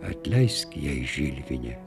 atleisk jai žilvine